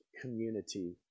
community